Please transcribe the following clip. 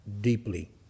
deeply